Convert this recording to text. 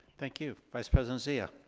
thank you. vice president zia.